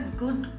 good